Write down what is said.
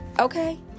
okay